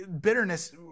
bitterness